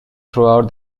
throughout